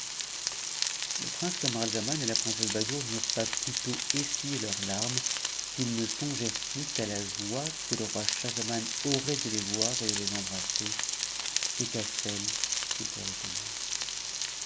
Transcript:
le prince camaralzaman et la princesse badoure n'eurent pas njn tôt essuyé leurs larmes qu'ils ne songèrent plus qu'à la joie que c roi schahzaman aurait de les voir et de les embrasser et qu'à celle qu'ils auraient eux-mêmes